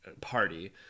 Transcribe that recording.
party